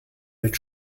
mit